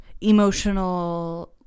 emotional